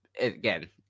again